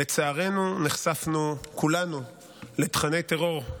לצערנו נחשפנו כולנו לתוכני טרור,